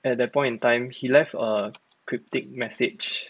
at that point in time he left a cryptic message